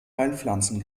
heilpflanzen